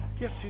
Yes